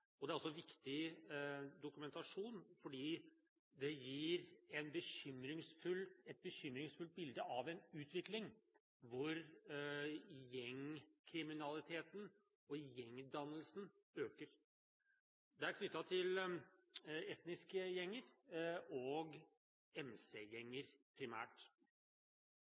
og det er også viktig dokumentasjon fordi det gir et bekymringsfullt bilde av en utvikling hvor gjengkriminaliteten og gjengdannelsen øker. Det er primært knyttet til etniske gjenger og